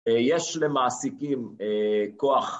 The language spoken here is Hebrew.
יש למעסיקים כוח